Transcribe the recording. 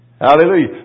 Hallelujah